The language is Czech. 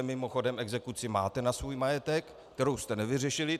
Mimochodem, exekuci máte na svůj majetek, kterou jste nevyřešili.